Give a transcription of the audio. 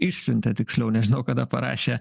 išsiuntė tiksliau nežinau kada parašė